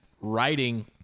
writing